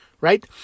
Right